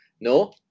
No